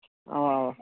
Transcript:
اَوا اَوا